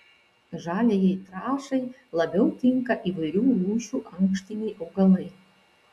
žaliajai trąšai labiau tinka įvairių rūšių ankštiniai augalai